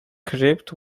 crypt